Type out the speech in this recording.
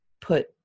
put